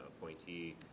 appointee